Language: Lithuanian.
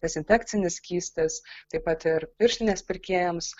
dezinfekcinis skystis taip pat ir pirštinės pirkėjams